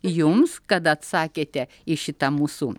jums kad atsakėte į šitą mūsų